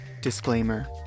Disclaimer